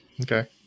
Okay